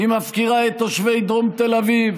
היא מפקירה את תושבי דרום תל אביב,